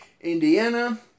Indiana